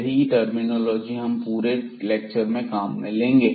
यही टर्मिनोलॉजी हम पूरे लेक्चर में काम में लेंगे